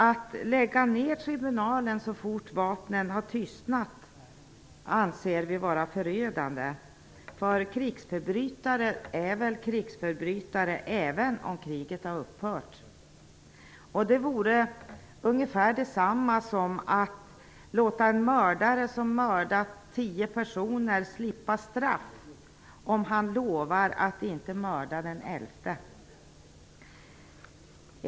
Att lägga ner tribunalen så fort vapnen har tystnat anser vi vara förödande. Krigsförbrytare är väl krigsförbrytare även när kriget har upphört. Det vore ungefär detsamma som att låta en mördare som har mördat tio personer slippa straff om han lovar att inte mörda den elfte.